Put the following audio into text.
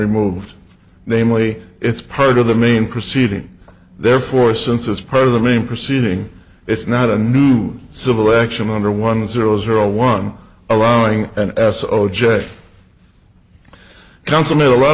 removed namely it's part of the main proceeding therefore since it's part of the main proceeding it's not a new civil action under one zero zero one zero nine and s o j counsel made a lot